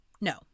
No